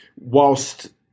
whilst